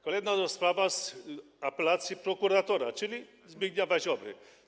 Kolejna rozprawa z apelacji prokuratora, czyli Zbigniewa Ziobry.